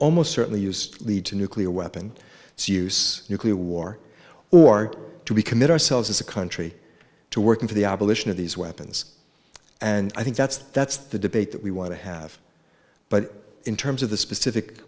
almost certainly use lead to nuclear weapon use nuclear war or do we commit ourselves as a country to working for the abolition of these weapons and i think that's that's the debate that we want to have but in terms of the specific